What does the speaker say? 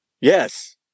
Yes